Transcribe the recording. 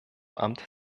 amt